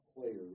players